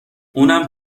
اونم